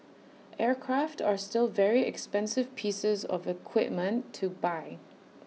aircraft are still very expensive pieces of equipment to buy